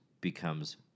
becomes